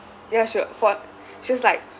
ya she for she was like